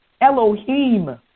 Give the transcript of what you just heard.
Elohim